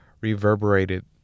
reverberated